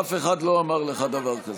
אף אחד לא אמר לך דבר כזה.